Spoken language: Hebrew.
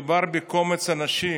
הרי מדובר בקומץ אנשים.